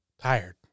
Tired